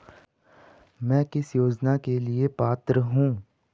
मैं किस योजना के लिए पात्र हूँ?